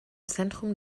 zentrum